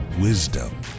wisdom